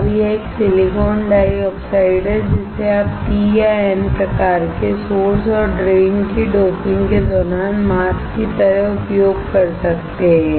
अब यह एक सिलिकॉन डाइऑक्साइड है जिसे आप P या N प्रकार के सोर्स और ड्रेन के डोपिंग के दौरान मास्क की तरह उपयोग कर सकते हैं